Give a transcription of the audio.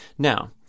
Now